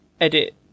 edit